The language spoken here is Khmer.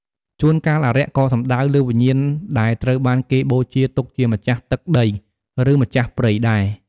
ជួនកាលអារក្សក៏សំដៅលើវិញ្ញាណដែលត្រូវបានគេបូជាទុកជាម្ចាស់ទឹកដី ឬម្ចាស់ព្រៃដែរ។